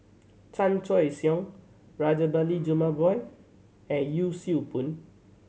Chan Choy Siong Rajabali Jumabhoy and Yee Siew Pun